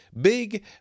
big